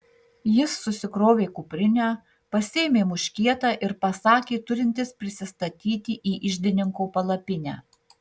jis susikrovė kuprinę pasiėmė muškietą ir pasakė turintis prisistatyti į iždininko palapinę